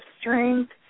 strength